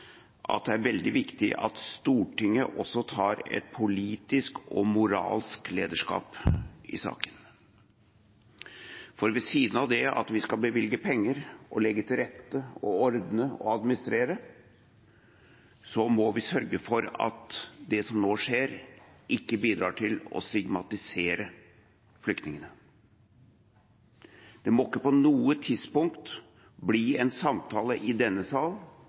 at det er veldig viktig at Stortinget også tar et politisk og moralsk lederskap i saken. Ved siden av det at vi skal bevilge penger, legge til rette, ordne og administrere, må vi sørge for at det som nå skjer, ikke bidrar til å stigmatisere flyktningene. Det må ikke på noe tidspunkt bli en samtale i denne